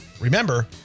Remember